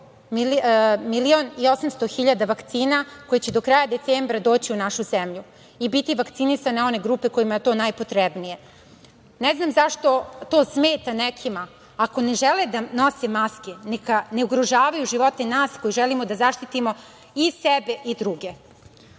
milion i 800 hiljada vakcina koje će do kraja decembra doći u našu zemlju i biti vakcinisane one grupe kojima je to najpotrebnije. Ne znam zašto to smeta nekima. Ako ne žele da nose maske, neka ne ugrožavaju živote nas koji želimo da zaštitimo i sebe i druge. Ono